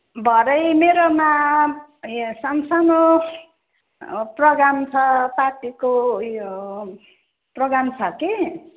भरे मेरोमा सानसानो प्रोग्राम छ पार्टीको उयो प्रोग्राम छ कि